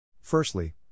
Firstly